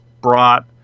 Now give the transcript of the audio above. brought